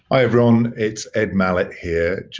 hi, everyone, it's ed mallett here,